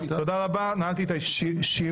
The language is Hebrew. תודה רבה, נעלתי את הישיבה.